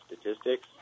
statistics